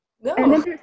No